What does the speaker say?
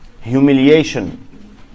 humiliation